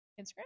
Instagram